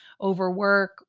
overwork